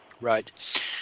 right